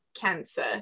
cancer